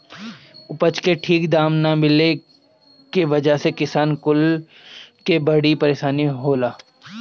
उपज के ठीक दाम ना मिलला के वजह से किसान कुल के बड़ी परेशानी होला